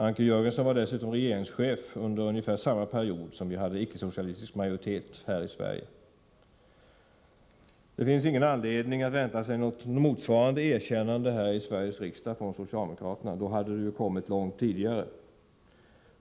Anker Jörgensen var dessutom regeringschef under ungefär samma period som då vi hade en icke-socialistisk majoritet här i Sverige. Det finns ingen anledning att vänta sig något motsvarande erkännande i Sveriges riksdag från socialdemokraternas sida. Då hade det kommit tidigare.